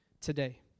today